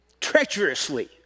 treacherously